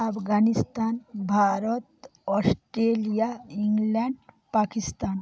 Afghanistan Bharat Australia England Pakistan